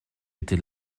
étais